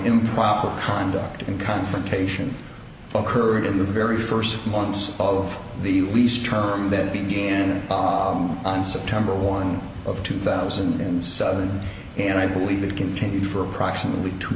improper conduct and confrontation occurred in the very first months of the lease charm that began on september one of two thousand and seven and i believe it continued for approximately two